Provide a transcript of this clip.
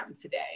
today